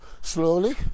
slowly